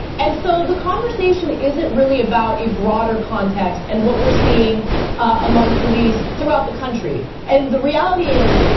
and so the conversation isn't really about a broader context and what we are seeing among police throughout the country. and the reality is,